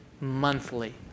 monthly